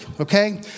okay